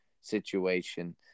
situation